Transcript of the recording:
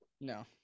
No